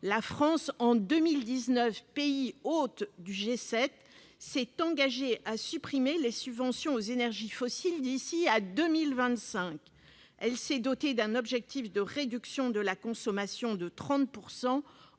La France, pays hôte du G7 en 2019, s'est engagée à supprimer les subventions aux énergies fossiles d'ici à 2025. Elle s'est dotée d'un objectif de réduction de la consommation de 30